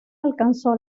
alcanzó